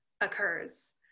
occurs